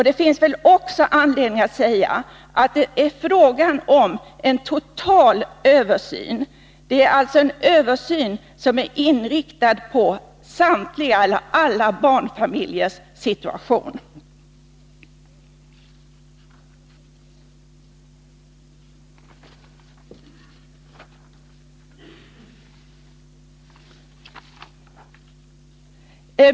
Det finns även anledning att säga att det är fråga om en total översyn — alltså en översyn som är inriktad på alla barnfamiljers situation.